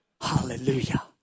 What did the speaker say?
Hallelujah